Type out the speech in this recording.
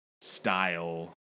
style